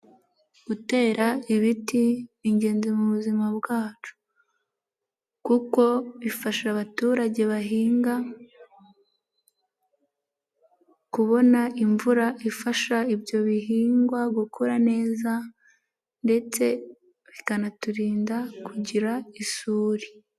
Gutera ibiti ni ingenzi mu buzima bwacu kuko bifasha abaturage bahinga kubona imvura ifasha ibyo bihingwa gukura neza ndetse bikanaturinda kugira isuri.